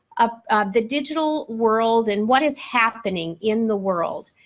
ah the digital world and what is happening in the world.